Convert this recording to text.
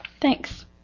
Thanks